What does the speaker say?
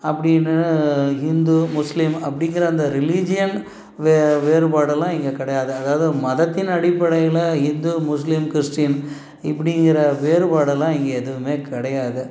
அப்படின்னு ஹிந்து முஸ்லீம் அப்படிங்கிற அந்த ரிலீஜியன் வே வேறுபாடெல்லாம் இங்கே கிடையாது அதாவது மதத்தின் அடிப்படையில் ஹிந்து முஸ்லீம் கிறிஸ்டின் இப்படிங்கிற வேறுபாடெல்லாம் இங்கே எதுவும் கிடையாது